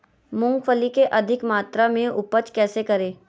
मूंगफली के अधिक मात्रा मे उपज कैसे करें?